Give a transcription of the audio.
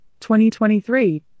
2023